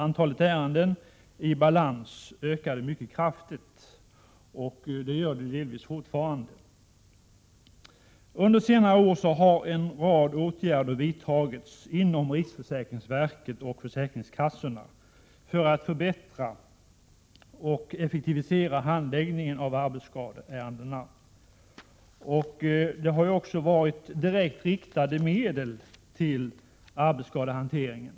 Antalet ärenden i balans ökade mycket kraftigt och gör det delvis fortfarande. Under senare år har en rad åtgärder vidtagits inom RFV och försäkringskassorna för att förbättra och effektivisera handläggningen av arbetsskadeärenden. Det har också utgått medel direkt riktade till arbetsskadehanteringen.